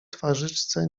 twarzyczce